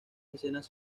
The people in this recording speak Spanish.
escenas